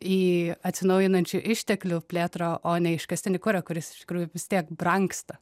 į atsinaujinančių išteklių plėtrą o ne iškastinį kurą kuris iš tikrųjų vis tiek brangsta